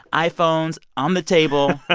iphones on the table, ah